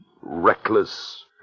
reckless